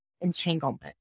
entanglement